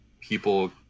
people